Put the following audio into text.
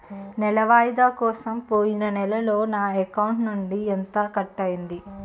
నెల వాయిదా కోసం పోయిన నెలలో నా అకౌంట్ నుండి ఎంత కట్ అయ్యింది?